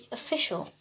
official